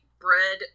bread